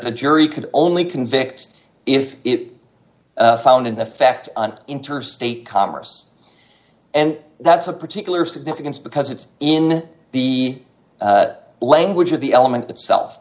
the jury could only convict if it found an effect on interstate commerce and that's a particular significance because it's in the language of the element itself